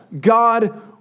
God